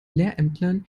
lehrämtlern